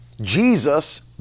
Jesus